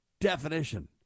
definition